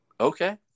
okay